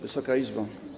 Wysoka Izbo!